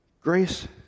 Grace